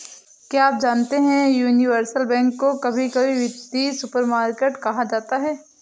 क्या आप जानते है यूनिवर्सल बैंक को कभी कभी वित्तीय सुपरमार्केट कहा जाता है?